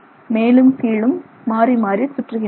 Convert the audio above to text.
மேலும் கீழும் மாறி மாறி சுற்றுகின்றன